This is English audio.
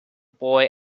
boy